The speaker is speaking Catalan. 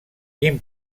quin